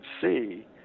see